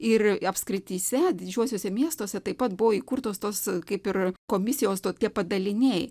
ir apskrityse didžiuosiuose miestuose taip pat buvo įkurtos tos kaip ir komisijos to tie padaliniai